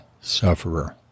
sufferer